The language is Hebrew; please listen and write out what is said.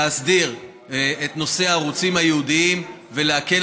להסדיר את נושא הערוצים הייעודיים ולהקל